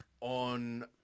on